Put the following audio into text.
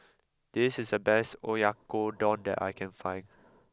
this is the best Oyakodon that I can find